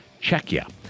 Czechia